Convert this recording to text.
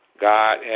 God